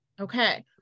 Okay